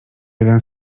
jeden